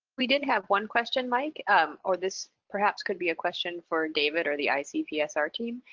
we did have one question, mike um or this perhaps could be a question for david or the icpsr team.